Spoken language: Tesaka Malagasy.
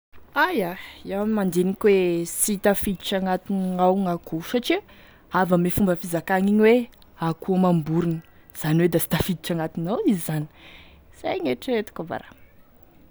Aia iaho mandiniky hoe sy tafiditra agnatinignao gn'akoho satria avy ame fomba fizakagny igny hoe akoho amam-borogny zany hoe da sy tafiditra agnatinignao izy zany, zay gn'eritreretiko a ba ra.